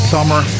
Summer